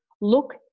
look